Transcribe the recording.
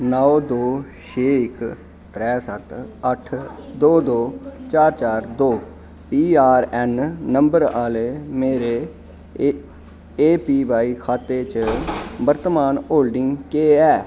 नौ दो छे इक त्रै सत्त अट्ठ दो दो चार चार दो पी आर ऐन्न नंबर आह्ले मेरे ए ए पी वाई खाते च वर्तमान होल्डिंग केह् ऐ